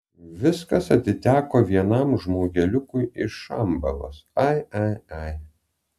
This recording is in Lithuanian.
viskas atiteko vienam žmogeliukui iš šambalos ai ai ai